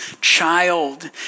child